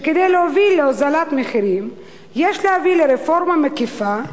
שכדי להוביל להוזלת מחירים יש להביא לרפורמה מקיפה,